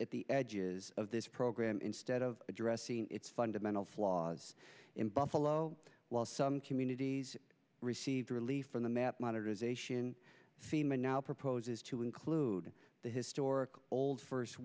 at the edges of this program instead of addressing its fundamental flaws in buffalo while some communities received relief from the map modernization fema now proposes to include the historic old first